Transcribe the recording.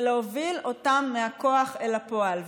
זה להוביל אותם מהכוח אל הפועל.